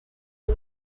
all